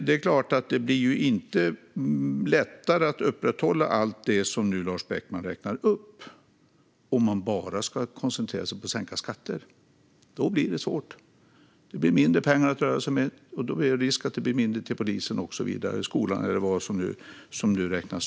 Det är klart att det inte blir lättare att upprätthålla alla de saker som Lars Beckman räknar upp om man bara koncentrerar sig på att sänka skatter. Då blir det svårt. Det blir mindre pengar att röra sig med, och då blir det mindre pengar till polisen, skolan och så vidare.